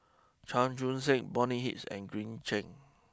Chan Chun sing Bonny Hicks and Green Zeng